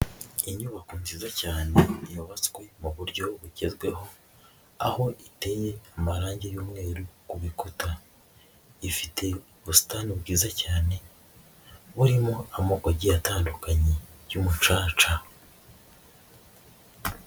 Inyubako nziza cyane yubatswe mu buryo bugezweho aho iteye amarange y'umweru ku bikuta, ifite ubusitani bwiza cyane burimo amoko agiye atandukanye y'umucaca.